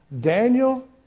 Daniel